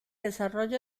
desarrollo